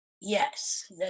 Yes